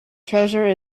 treasure